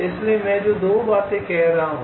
इसलिए मैं जो 2 बातें कह रहा हूं